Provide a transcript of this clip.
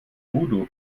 voodoo